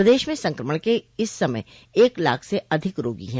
प्रदेश में संक्रमण के इस समय एक लाख से अधिक रोगी हैं